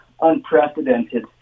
unprecedented